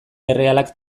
errealak